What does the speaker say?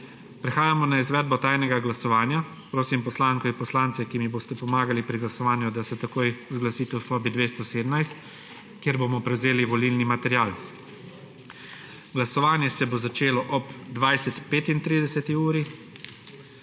Prehajamo na izvedbo tajnega glasovanja. Prosim poslanke in poslance, ki mi boste pomagali pri glasovanju, da se takoj zglasite v sobi 217, kjer bomo prevzeli volilni material. Glasovanje se bo začelo ob 20.35